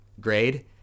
grade